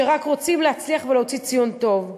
שרק רוצים להצליח ולהוציא ציון טוב.